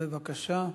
בבקשה.